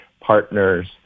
partners